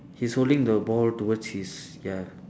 he's holding the ball towards his ya